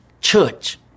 church